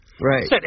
Right